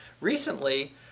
recently